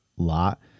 lot